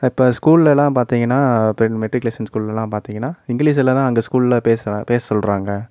இப்போ ஸ்கூல்லலாம் பார்த்தீங்கன்னா மெட்ரிகுலேஷன் ஸ்கூல்லலாம் பார்த்தீங்கன்னா இங்கிலீஸில் தான் அங்கே ஸ்கூலில் பேசுற பேச சொல்கிறாங்க